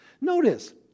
Notice